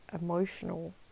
emotional